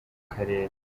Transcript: karere